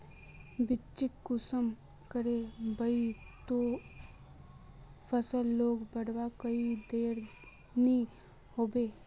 बिच्चिक कुंसम करे बोई बो ते फसल लोक बढ़वार कोई देर नी होबे?